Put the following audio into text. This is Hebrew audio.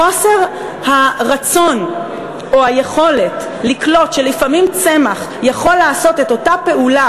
חוסר הרצון או היכולת לקלוט שלפעמים צמח יכול לעשות את אותה פעולה